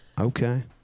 Okay